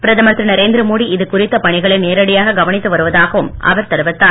பிரதமர் திரு நரேந்திரமோடி இதுகுறித்த பணிகளை நேரடியாக கவனித்து வருவதாகவும் அவர் தெரிவித்தார்